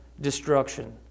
destruction